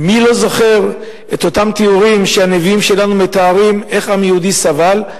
מי לא זוכר את אותם תיאורים שהנביאים שלנו מתארים איך העם היהודי סבל.